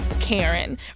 Karen